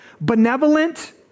benevolent